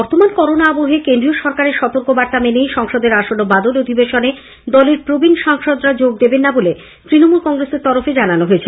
বর্তমান করোনা আবহে কেন্দ্রীয় সরকারের সতর্কবার্তা মেনেই সংসদের আসন্ন বাদল অধিবেশনে দলের প্রবীণ সাংসদরা যোগ দেবেন না বলে তৃণমূল কংগ্রেসের তরফে জানানো হয়েছে